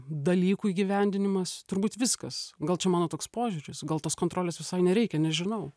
dalykų įgyvendinimas turbūt viskas gal čia mano toks požiūris gal tos kontrolės visai nereikia nežinau